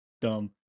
dumb